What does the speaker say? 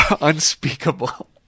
unspeakable